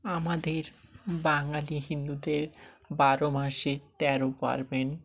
আমাদের বাঙালি হিন্দুদের বারো মাসের তেরো পার্বণ